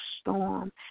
storm